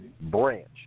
branch